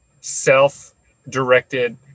self-directed